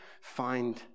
find